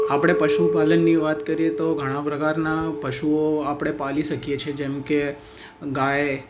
આપણે પશુપાલનની વાત કરીએ તો ઘણા પ્રકારના પશુઓ આપણે પાળી શકીએ છે જેમ કે ગાય